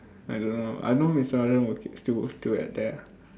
I don't know I know mister aryan will still still work at there ah